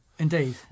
Indeed